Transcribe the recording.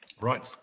Right